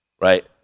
right